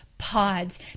Pods